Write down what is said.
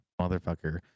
motherfucker